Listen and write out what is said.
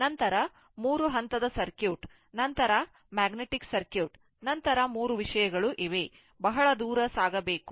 ನಂತರ 3 ಹಂತದ ಸರ್ಕ್ಯೂಟ್ ನಂತರ ಮ್ಯಾಗ್ನೆಟಿಕ್ ಸರ್ಕ್ಯೂಟ್ ನಂತರ 3 ವಿಷಯಗಳು ಇವೆ ಬಹಳ ದೂರ ಸಾಗಬೇಕು